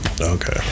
Okay